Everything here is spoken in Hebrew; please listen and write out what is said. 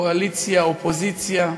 קואליציה אופוזיציה,